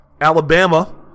Alabama